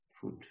food